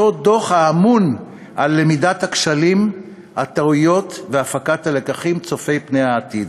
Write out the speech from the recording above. האמון על למידת הכשלים והטעויות והפקת הלקחים צופי פני העתיד.